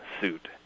suit